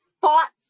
thoughts